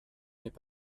n’est